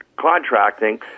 Contracting